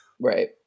Right